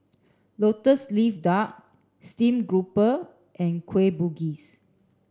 lotus leaf duck steamed grouper and kueh bugis